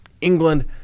England